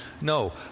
No